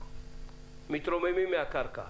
מתרוממות מהקרקע.